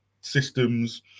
systems